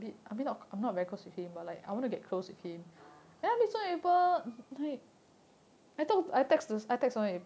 orh okay